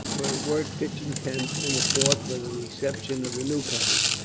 were at work pitching tents in the fort for the reception of the newcomers,